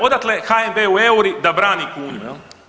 Odakle HNB-u euri da brani kunu?